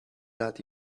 lad